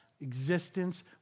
existence